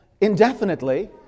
indefinitely